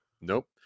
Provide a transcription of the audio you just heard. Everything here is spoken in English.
Nope